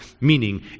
meaning